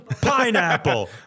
pineapple